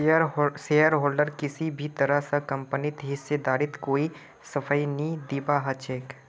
शेयरहोल्डरक किसी भी तरह स कम्पनीत हिस्सेदारीर कोई सफाई नी दीबा ह छेक